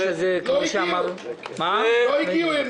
הם לא הגיעו.